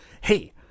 hey